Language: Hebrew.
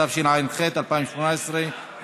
התשע"ח 2018,